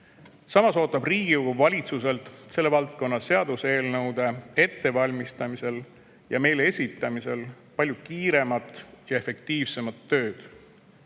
ootab Riigikogu valitsuselt selle valdkonna seaduseelnõude ettevalmistamisel ja meile esitamisel palju kiiremat ja efektiivsemat tööd.